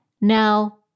now